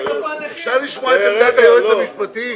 אפשר לשמוע את עמדת היועץ המשפטי?